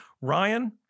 Ryan